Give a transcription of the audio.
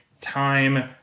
time